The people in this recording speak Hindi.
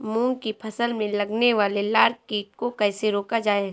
मूंग की फसल में लगने वाले लार कीट को कैसे रोका जाए?